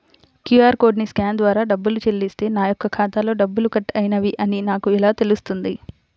QR కోడ్ని scan ద్వారా డబ్బులు చెల్లిస్తే నా యొక్క ఖాతాలో డబ్బులు కట్ అయినవి అని నాకు ఎలా తెలుస్తుంది?